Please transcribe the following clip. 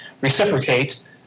reciprocate